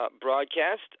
Broadcast